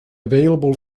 available